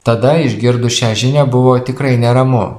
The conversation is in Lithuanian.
tada išgirdus šią žinią buvo tikrai neramu